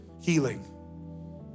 healing